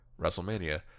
WrestleMania